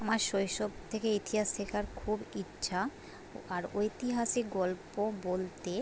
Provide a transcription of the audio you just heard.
আমার শৈশব থেকে ইতিহাস শেখার খুব ইচ্ছা আর ঐতিহাসিক গল্প বলতে